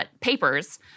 papers—